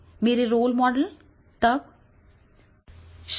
मेरे role model तब शेरू रंगनेकर थे